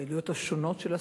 בפעילויות השונות של הספורט,